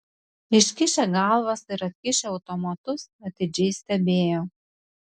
iškišę galvas ir atkišę automatus atidžiai stebėjo